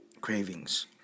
cravings